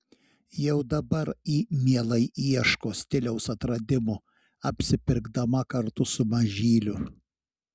jau dabar ji mielai ieško stiliaus atradimų apsipirkdama kartu su mažyliu